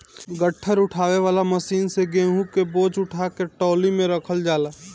गट्ठर उठावे वाला मशीन से गेंहू क बोझा उठा के टाली में रखल जाला